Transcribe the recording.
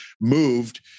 moved